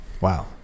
Wow